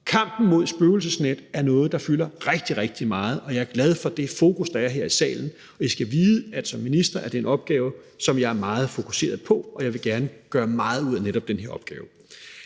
Kampen mod spøgelsesnet er noget, der fylder rigtig, rigtig meget, og jeg er glad for det fokus, der er på det her i salen, og I skal vide, at som minister er det en opgave, som jeg er meget fokuseret på, og jeg vil gerne gøre meget ud af netop den her opgave.